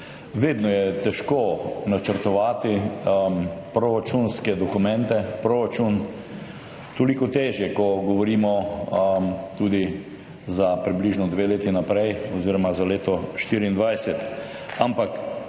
Vedno je težko načrtovati proračunske dokumente, proračun, toliko težje, ko govorimo tudi za približno dve leti naprej oziroma za leto 2024.